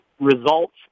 results